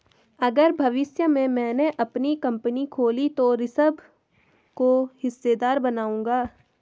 अगर भविष्य में मैने अपनी कंपनी खोली तो ऋषभ को हिस्सेदार बनाऊंगा